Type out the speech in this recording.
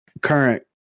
current